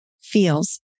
feels